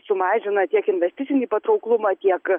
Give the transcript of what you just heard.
sumažina tiek investicinį patrauklumą tiek